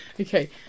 okay